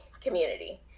community